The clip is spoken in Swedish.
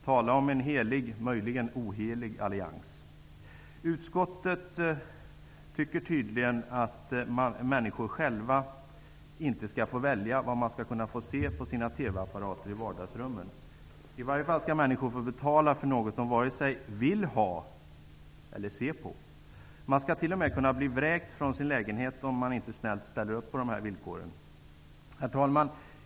Tala om en helig -- möjligen en ohelig -- allians! Utskottet tycker tydligen att människor själva inte skall få välja vad man skall kunna få se på sina TV apparater i vardagsrummen. I varje fall skall människor få betala för något som de vare sig vill ha eller vill se på. Man skall t.o.m. kunna bli vräkt från sin lägenhet om man inte snällt ställer upp på de här villkoren. Herr talman!